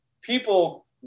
people